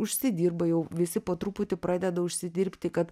užsidirba jau visi po truputį pradeda užsidirbti kad